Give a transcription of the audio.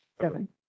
seven